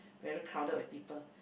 very crowded with people